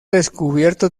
descubierto